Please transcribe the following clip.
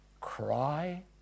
cry